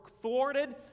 thwarted